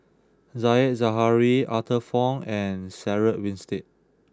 Said Zahari Arthur Fong and Sarah Winstedt